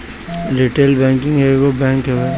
retail banking एगो bank हवे